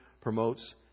promotes